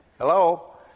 Hello